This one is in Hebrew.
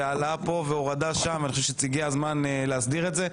והעלאה פה והורדה שם אני חושב שהגיע הזמן להסדיר את זה.